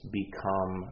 become